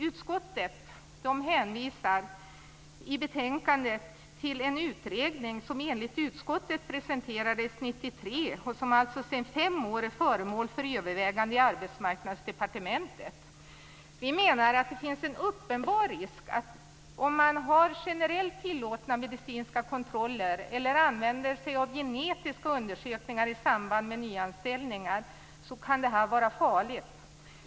Utskottet hänvisar i betänkandet till en utredning som enligt utskottet presenterades 1993 och som alltså sedan fem år är föremål för övervägande i Arbetsmarknadsdepartementet. Vi menar att det finns en uppenbar risk med att ha generellt tillåtna medicinska kontroller eller att använda sig av genetiska undersökningar i samband med nyanställningar. Det kan vara farligt.